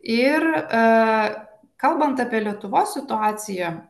ir a kalbant apie lietuvos situaciją